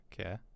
Okay